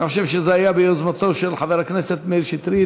אני חושב שזה היה ביוזמתו של חבר הכנסת מאיר שטרית,